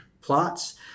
plots